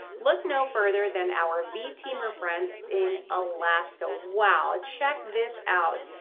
look no further than our v teamer friends in alaska. wow. check this out.